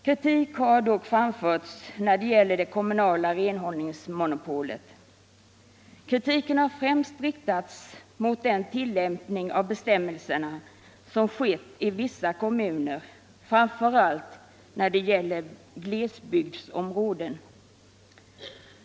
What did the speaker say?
Kritik har dock framförts när det gäller det kommunala renhållningsmonopolet. Kritiken har främst riktats mot den tillämpning av bestäm melserna som skett i vissa kommuner, framför allt vad avser glesbygdsområden.